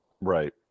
right